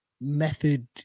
method